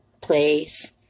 place